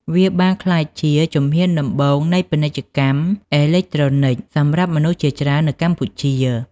វាបានក្លាយជាជំហានដំបូងនៃពាណិជ្ជកម្មអេឡិចត្រូនិកសម្រាប់មនុស្សជាច្រើននៅកម្ពុជា។